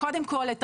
גם